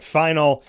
final